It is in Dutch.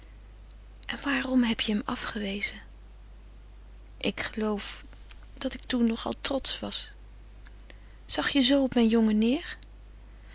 en waarom heb je hem afgewezen ik geloof dat ik nog al trotsch was zag je zoo op mijn jongen neêr